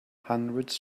hundreds